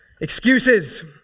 excuses